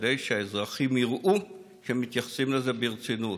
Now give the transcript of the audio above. כדי שהאזרחים יראו שמתייחסים לזה ברצינות?